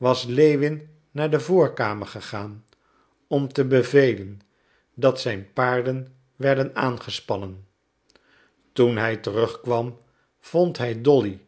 was lewin naar de voorkamer gegaan om te bevelen dat zijn paarden werden aangespannen toen hij terug kwam vond hij dolly